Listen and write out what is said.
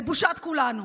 לבושת כולנו.